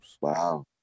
Wow